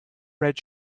red